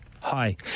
Hi